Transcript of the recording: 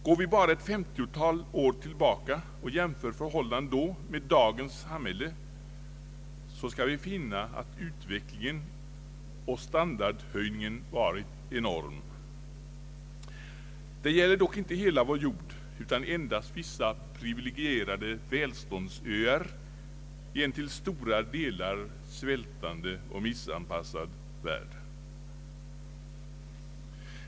Går vi bara ett femtiotal år tillbaka och jämför förhållandena då med dagens samhälle så skall vi finna att utvecklingen och standardhöjningen varit enorma. Det gäller dock inte hela vår jord utan endast vissa privilegierade välståndsöar i en till stora delar svältande och missanpassad värld.